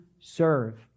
serve